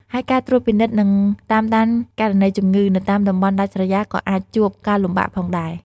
ហើយការត្រួតពិនិត្យនិងតាមដានករណីជំងឺ នៅតាមតំបន់ដាច់ស្រយាលក៏អាចជួបការលំបាកផងដែរ។